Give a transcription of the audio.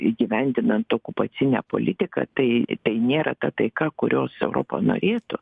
įgyvendinant okupacinę politiką tai nėra ta taika kurios europa norėtų